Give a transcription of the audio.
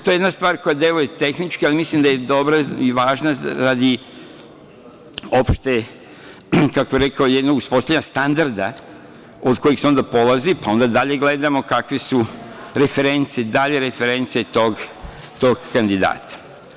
To je jedna stvar koja deluje tehničke, ali mislim da je dobra i važna radi opšteg uspostavljanja standarda od kojih se onda polazi, pa onda dalje gledamo kakve su dalje reference tog kandidata.